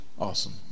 Awesome